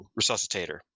resuscitator